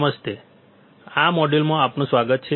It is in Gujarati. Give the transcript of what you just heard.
નમસ્તે આ મોડ્યુલમાં આપનું સ્વાગત છે